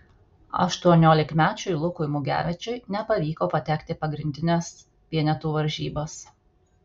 aštuoniolikmečiui lukui mugevičiui nepavyko patekti pagrindines vienetų varžybas